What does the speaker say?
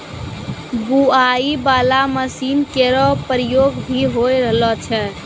बोआई बाला मसीन केरो प्रयोग भी होय रहलो छै